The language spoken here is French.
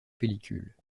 pellicule